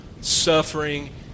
suffering